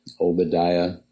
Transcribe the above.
Obadiah